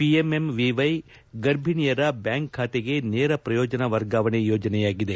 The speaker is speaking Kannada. ಪಿಎಂಎಂವಿವ್ಲೆ ಗರ್ಭಿಣಿಯರ ಬ್ಲಾಂಕ್ ಬಾತೆಗೆ ನೇರ ಪ್ರಯೋಜನ ವರ್ಗಾವಣೆ ಯೋಜನೆಯಾಗಿದೆ